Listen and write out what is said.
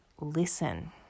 listen